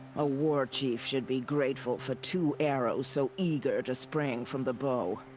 a warchief should be grateful for two arrows so eager to spring from the bow.